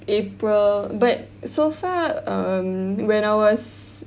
April but so far um when I was